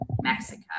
Mexico